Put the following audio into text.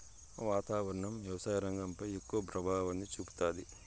వాతావరణం వ్యవసాయ రంగంపై ఎక్కువ ప్రభావాన్ని చూపుతాది